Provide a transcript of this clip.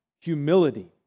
humility